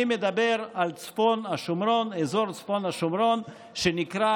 אני מדבר על אזור צפון השומרון, שנמצא